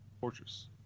Fortress